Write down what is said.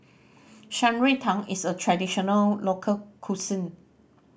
Shan Rui Tang is a traditional local cuisine